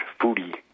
foodie